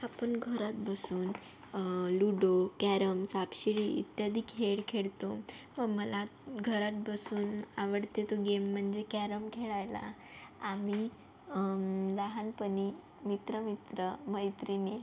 आपण घरात बसून लूडो कॅरम सापशिडी इत्यादी खेळ खेळतो व मला घरात बसून आवडते तो गेम म्हणजे कॅरम खेळायला आम्ही लहानपणी मित्र मित्र मैत्रिणी